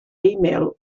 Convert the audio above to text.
emails